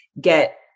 get